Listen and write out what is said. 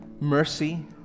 mercy